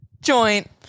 Joint